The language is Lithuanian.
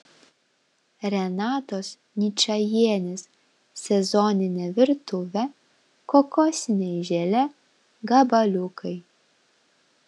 renatos ničajienės sezoninė virtuvė kokosiniai želė gabaliukai